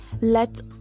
let